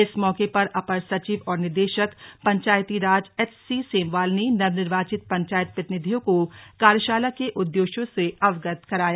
इस मौके पर अपर सचिव और निदेशक पंचायतीराज एच सी सेमवाल ने नवनिर्वाचित पंचायत प्रतिनिधियों को कार्यशाला के उद्देश्यों से अवगत कराया